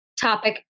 topic